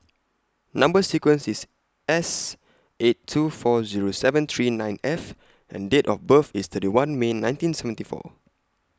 Number sequence IS S eight two four Zero seven three nine F and Date of birth IS thirty one May nineteen seventy four